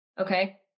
Okay